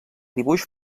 dibuix